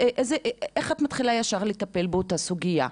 איך את מתחילה ישר לטפל באותה סוגייה?